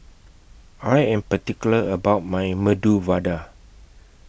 I Am particular about My Medu Vada